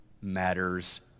matters